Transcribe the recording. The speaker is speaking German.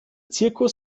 zirkus